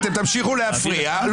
תמשיכו להפריע.